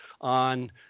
on